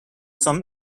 from